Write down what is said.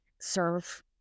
serve